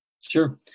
Sure